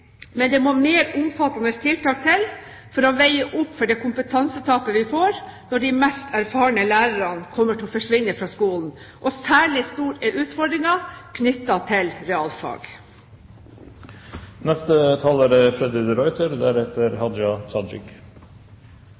men det må mer omfattende tiltak til for å veie opp for det kompetansetapet vi får, når de mest erfarne lærerne kommer til å forsvinne fra skolen. Særlig stor er utfordringen knyttet til realfag. Jeg vil aller først støtte representanten Harberg når han sier at vitensenter er